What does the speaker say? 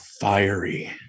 fiery